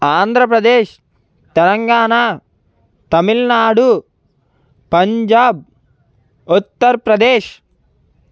Andhra Pradesh Telangana Tamil Nadu Punjab Uttar Pradesh